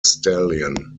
stallion